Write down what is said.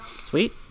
Sweet